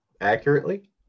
accurately